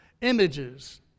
images